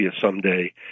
someday